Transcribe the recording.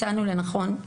מצאנו לנכון,